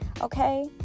okay